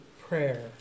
prayer